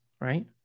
Right